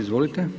Izvolite.